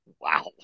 Wow